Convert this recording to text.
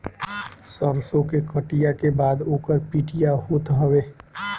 सरसो के कटिया के बाद ओकर पिटिया होत हवे